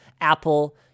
Apple